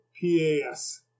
P-A-S